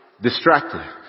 distracted